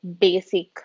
basic